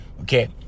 Okay